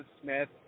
Smith